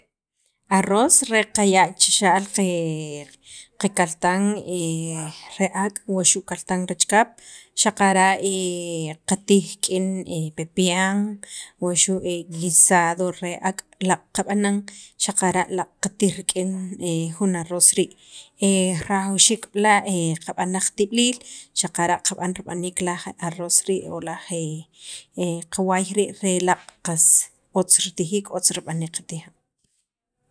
Arroz re qaya' chixa'l qe qakaltan re ak' waxu' kaltan re chikap xaqara' qatij rik'in pepian wuxu' guisado re ak' laaq' qab'anan, xaqara' laaq' qatij rik'in jun arroz rii' re rajawxiik b'la' qab'an jun laj qatib'iliil xaqara' qab'an rib'aniik laj arroz rii' o laj qawaay rii', re laaq' qas otz ritijiik otz rib'aniik qatijan.